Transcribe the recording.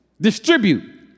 distribute